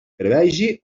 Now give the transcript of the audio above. prevegi